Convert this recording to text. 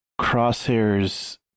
crosshairs